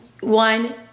One